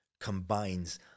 combines